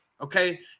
Okay